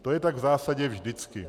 To je tak v zásadě vždycky.